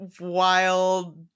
wild